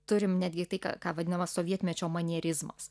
turim netgi tai ką vadinama sovietmečio manierizmas